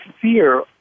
fear